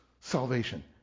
salvation